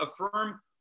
affirm